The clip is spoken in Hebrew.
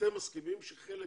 אתם מסכימים שחלק